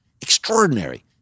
Extraordinary